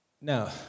Now